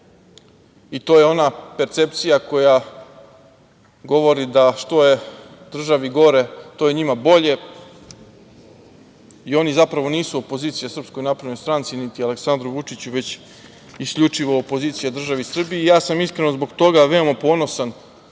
i, to je ona percepcija koja govori da što je državi gore to je njima bolje i oni zapravo nisu opozicija SNS niti Aleksandru Vučiću, već isključivo opozicija državi Srbiji.I ja sam iskreno zbog toga veoma ponosan